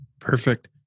Perfect